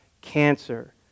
cancer